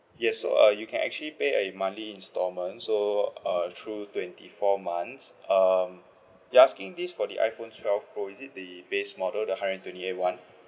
yes so uh you can actually pay a monthly instalment so uh through twenty four months um you're asking this for the iPhone twelve pro is it the base model the hundred and twenty eight [one]